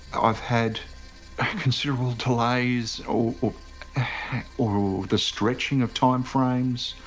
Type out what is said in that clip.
i've had considerable delays or or ah the stretching of time frames